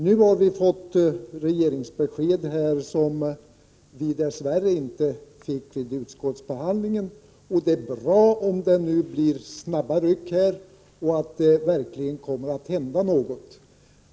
Nu har vi fått det regeringsbesked som vi dess värre inte fick under utskottsbehandlingen. Det är bra att det blir fråga om snabba ryck och att det verkligen kommer att hända något.